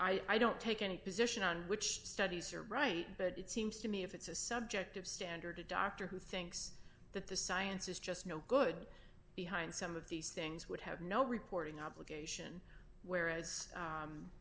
i don't take any position on which studies are right but it seems to me if it's a subjective standard the doctor who thinks that the science is just no good behind some of these things would have no reporting obligation whereas